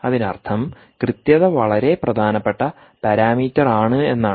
അതിനർത്ഥം കൃത്യത വളരെ പ്രധാനപ്പെട്ട പാരാമീറ്ററാണ് എന്നാണ്